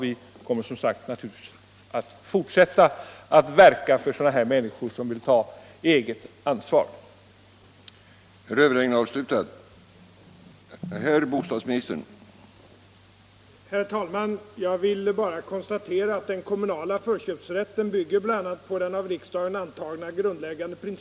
Vi kommer naturligtvis att fortsätta att verka för att människor som vill ta eget ansvar också skall ha möjlighet att göra det.